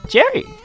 Jerry